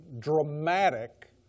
dramatic